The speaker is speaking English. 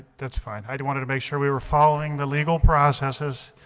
that's fine. i'd wanted to make sure we were following the legal processes